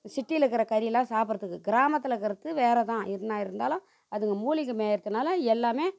சிட்டியில் இருக்கிற கறி எல்லாம் சாப்பிட்றதுக்கு கிராமத்தில் இருக்கிறக்கு வேறே தான் எதுவுனா இருந்தாலும் அதுங்க மூலிகை மேய்கிறதுனால் எல்லாம்